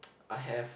I have